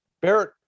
Barrett